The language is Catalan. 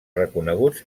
reconeguts